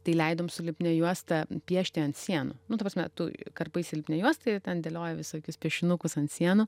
tai leidom su lipnia juosta piešti ant sienų nu ta prasme tu karpaisi lipnią juostą ir ten dėlioji visokius piešinukus ant sienų